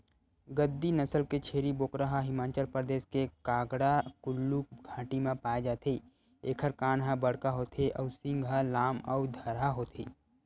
गद्दी नसल के छेरी बोकरा ह हिमाचल परदेस के कांगडा कुल्लू घाटी म पाए जाथे एखर कान ह बड़का होथे अउ सींग ह लाम अउ धरहा होथे